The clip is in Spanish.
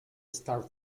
star